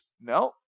No